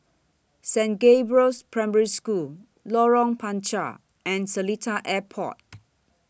Saint Gabriel's Primary School Lorong Panchar and Seletar Airport